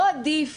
לא עדיף